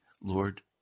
Lord